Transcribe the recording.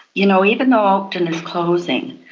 you know, even though oakden is closing,